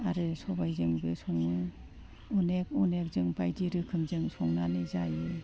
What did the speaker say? आरो सबाइजोंबो सङो अनेग अनेग जों बायदि रोखोमजों संनानै जायो